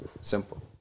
Simple